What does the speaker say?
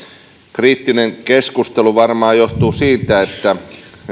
kriittinen keskustelu varmaan johtuu siitä että